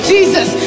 Jesus